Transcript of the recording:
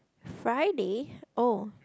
Friday oh